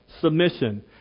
submission